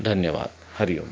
धन्यवाद हरि ओम